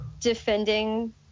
defending